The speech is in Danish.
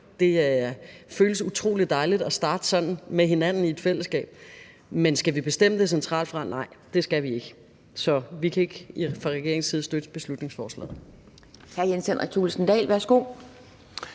Det føles utrolig dejligt at starte dagen sådan med hinanden i et fællesskab, men skal vi bestemme det fra centralt hold? Nej, det skal vi ikke. Så vi kan fra regeringens side ikke støtte beslutningsforslaget.